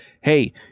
hey